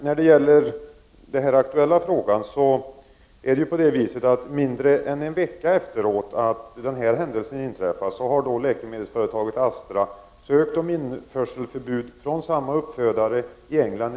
När det gäller den aktuella frågan ansökte läkemedelsföretaget Astra, mindre än en vecka efter det att den här händelsen inträffade, om att få införa en ny last med hundar från samma uppfödare i England.